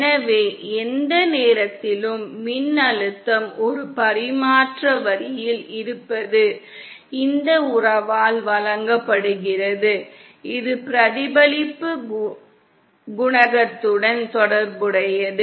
எனவே எந்த நேரத்திலும் மின்னழுத்தம் ஒரு பரிமாற்ற வரியில் இருப்பது இந்த உறவால் வழங்கப்படுகிறது இது பிரதிபலிப்பு குணகத்துடன் தொடர்புடையது